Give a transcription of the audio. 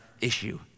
issue